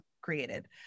created